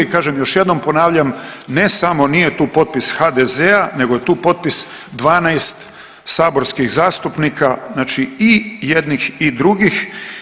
Kažem, još jednom ponavljam ne samo nije tu potpis HDZ-a, nego je tu potpis 12 saborskih zastupnika, znači i jednih i drugih.